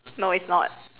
no it's not